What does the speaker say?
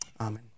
Amen